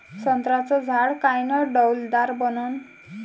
संत्र्याचं झाड कायनं डौलदार बनन?